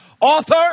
author